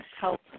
help